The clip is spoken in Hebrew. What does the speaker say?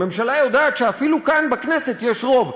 הממשלה יודעת שאפילו כאן בכנסת יש רוב,